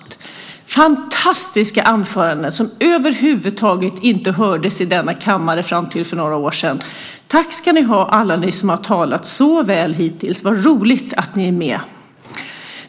Det är fantastiska anföranden som över huvud taget inte hördes i denna kammare fram till för några år sedan. Tack ska ni ha alla ni som har talat så väl hittills. Vad roligt att ni är med!